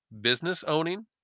business-owning